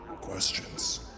questions